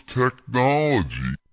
technology